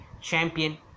champion